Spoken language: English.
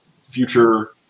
future